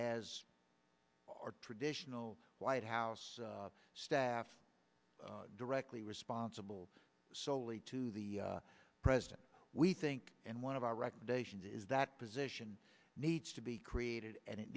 as our traditional white house staff directly responsible solely to the president we think and one of our recommendations is that position needs to be created and it